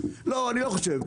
לא, אני לא חושב.